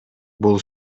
бул